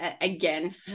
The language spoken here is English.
again